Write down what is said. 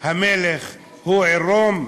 "המלך עירום"?